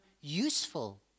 useful